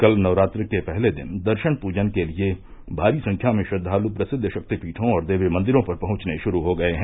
कल नवरात्र के पहले दिन दर्शन पूजन के लिये भारी संख्या में श्रद्वालु प्रसिद्व शक्तिपीठों और देवी मंदिरों पर पहुंचने शुरू हो गये हैं